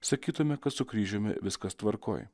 sakytume kad su kryžiumi viskas tvarkoj